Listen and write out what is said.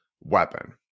weapon